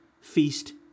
feast